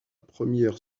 première